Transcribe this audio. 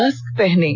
mask पहनें